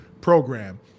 program